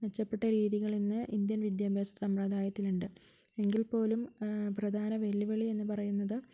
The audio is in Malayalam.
മെച്ചപ്പെട്ട രീതികൾ ഇന്ന് ഇന്ത്യൻ വിദ്യാഭ്യാസ സമ്പ്രദായത്തിലുണ്ട് എങ്കിൽ പോലും പ്രധാന വെല്ലുവിളി എന്ന് പറയുന്നത്